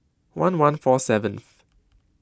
one one four seventh